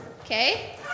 okay